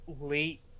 late